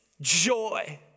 joy